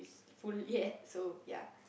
full yet so ya